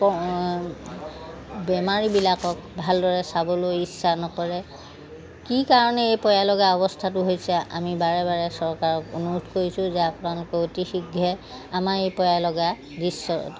বেমাৰীবিলাকক ভালদৰে চাবলৈ ইচ্ছা নকৰে কি কাৰণে এই পয়ালগা অৱস্থাটো হৈছে আমি বাৰে বাৰে চৰকাৰক অনুৰোধ কৰিছোঁ যে আপোনালোকে অতি শীঘ্ৰে আমাৰ এই পয়ালগা দৃশ্য